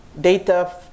data